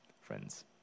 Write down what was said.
friends